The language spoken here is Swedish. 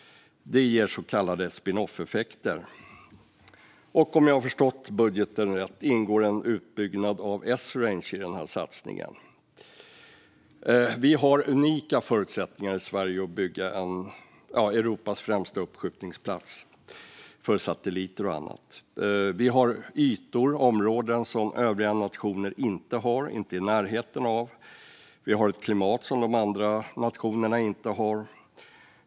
Det ger så kallade spinoffeffekter. Om jag har förstått budgeten rätt ingår en utbyggnad av Esrange i denna satsning. Vi har unika förutsättningar i Sverige att bygga Europas främsta uppskjutningsplats för satelliter och annat. Vi har ytor och områden som övriga nationer inte är i närheten av att ha. Vi har ett klimat som de andra nationerna inte har.